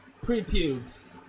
Pre-pubes